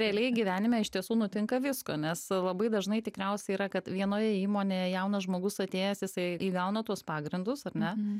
realiai gyvenime iš tiesų nutinka visko nes labai dažnai tikriausiai yra kad vienoje įmonėje jaunas žmogus atėjęs jisai įgauna tuos pagrindus ar ne